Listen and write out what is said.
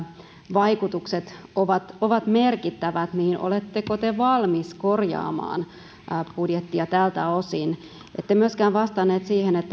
vaikutukset ovat ovat merkittävät niin oletteko te valmis korjaamaan budjettia tältä osin ette myöskään vastannut siihen